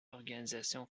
organisation